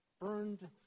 burned